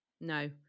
no